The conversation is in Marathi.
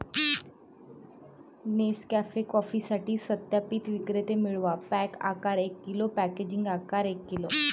नेसकॅफे कॉफीसाठी सत्यापित विक्रेते मिळवा, पॅक आकार एक किलो, पॅकेजिंग आकार एक किलो